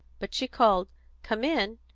but she called come in!